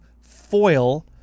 Foil